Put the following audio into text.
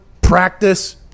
practice